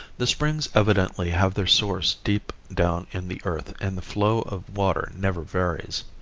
the springs evidently have their source deep down in the earth and the flow of water never varies.